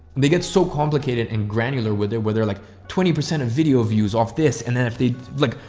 they get so complicated and granular with it where they're like twenty percent of video views off this. and then if they look,